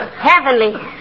Heavenly